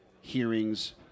hearings